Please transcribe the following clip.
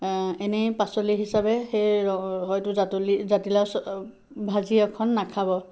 এনেই পাচলি হিচাপে সেই হয়তো জাতলি জাতিলাও ভাজি এখন নাখাব